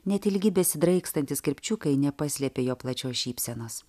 net ilgi besidraikantys kirpčiukai nepaslėpė jo plačios šypsenos